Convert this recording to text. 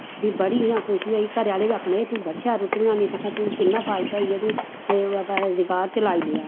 मीं बड़ी इयां खुशी होई घरे आह्ले बी आखन लगे गूं बड़ी शैल रुट्टी बनान्नी दिक्खां तुगी किन्ना फायदा होइया तूं अपना रुजगार चलाई लेआ